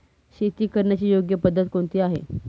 शेती करण्याची योग्य पद्धत कोणती आहे?